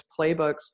playbooks